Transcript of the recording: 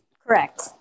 Correct